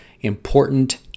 Important